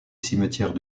cimetière